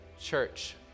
church